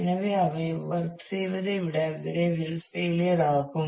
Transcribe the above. எனவே அவை வொர்க் செய்வதை விட விரைவில் ஃபெயிலியர் ஆகும்